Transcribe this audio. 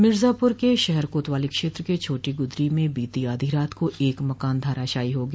मिर्जापुर के शहर कोतवाली क्षेत्र के छोटी गुदरी में बीती आधी रात को एक मकान धराशायी हो गया